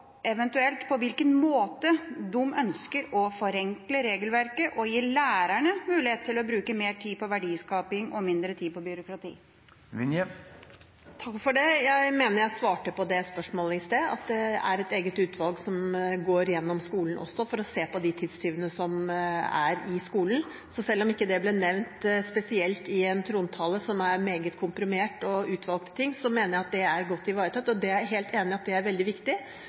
eventuelt på hvilken måte – de ønsker å forenkle regelverket og gi lærerne mulighet til å bruke mer tid på verdiskaping og mindre tid på byråkrati. Takk for det. Jeg mener jeg svarte på det spørsmålet i sted. Det er et eget utvalg som går gjennom skolen også for å se på de tidstyvene som er i skolen. Selv om ikke det ble nevnt spesielt i en trontale, som er meget komprimert om utvalgte ting, mener jeg at det er godt ivaretatt. Jeg er helt enig i at det er veldig viktig.